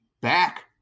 back